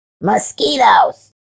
mosquitoes